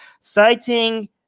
citing